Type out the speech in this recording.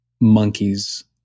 monkeys